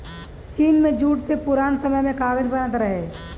चीन में जूट से पुरान समय में कागज बनत रहे